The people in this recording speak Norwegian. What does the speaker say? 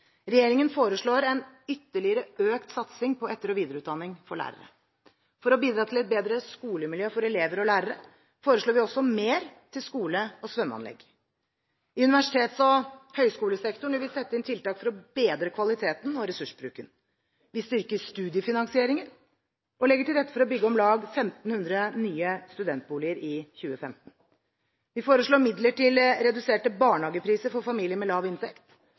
Regjeringen foreslår en ytterligere økt satsing på etter- og videreutdanning for lærere. For å bidra til et bedre skolemiljø for elever og lærere foreslår vi også mer til skole- og svømmeanlegg. I universitets- og høyskolesektoren vil vi sette inn tiltak for å bedre kvaliteten og ressursbruken. Vi styrker studiefinansieringen og legger til rette for å bygge om lag 1 500 nye studentboliger i 2015. Vi foreslår midler til reduserte barnehagepriser for familier med lav inntekt,